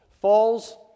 falls